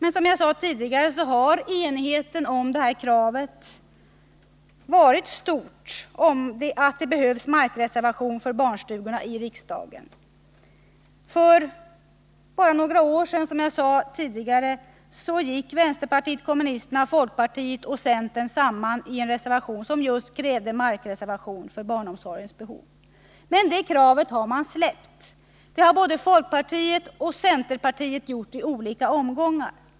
Enigheten har varit stor i riksdagen om att det behövs markreservation för barnstugorna — för bara några år sedan gick vänsterpartiet kommunisterna, folkpartiet och centern, som jag sade tidigare, samman i en reservation som just krävde att mark skulle avsättas för barnomsorgens behov. Det kravet har både folkpartiet och centerpartiet släppt i olika omgångar.